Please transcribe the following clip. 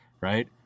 right